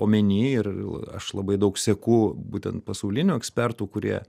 omeny ir aš labai daug seku būtent pasaulinių ekspertų kurie